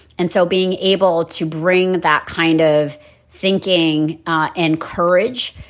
and so being able to bring that kind of thinking and courage,